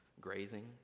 grazing